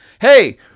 Hey